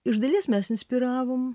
iš dalies mes inspiravom